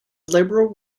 liberal